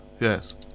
yes